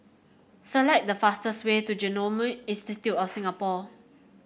select the fastest way to Genome Institute of Singapore